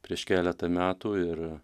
prieš keletą metų ir